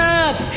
up